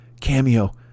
Cameo